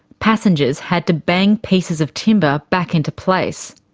passengers had to bang pieces of timber back into place.